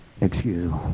excuse